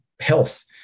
Health